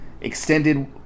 extended